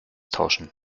tauschen